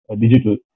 digital